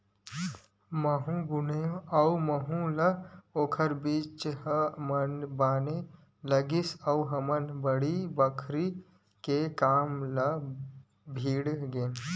महूँ गुनेव अउ महूँ ल ओखर बिचार ह बने लगिस अउ हमन बाड़ी बखरी के काम म भीड़ गेन